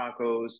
tacos